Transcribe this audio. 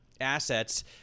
assets